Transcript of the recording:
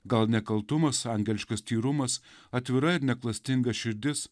gal nekaltumas angeliškas tyrumas atvira ir neklastinga širdis